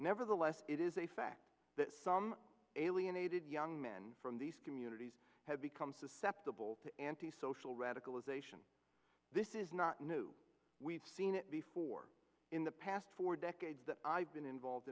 nevertheless it is a fact that some alienated young men from these communities have become susceptible to anti social radicalization this is not new we've seen it before in the past four decades that i've been involved